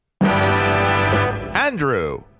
Andrew